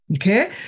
Okay